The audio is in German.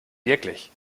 wirklich